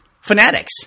fanatics